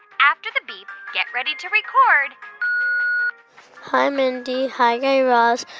after the beep, get ready to record hi, mindy. hi, guy raz.